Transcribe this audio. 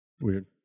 Weird